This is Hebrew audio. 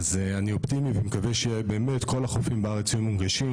אז אני אופטימי ואני מקווה באמת שכל החופים בארץ יהיו מונגשים,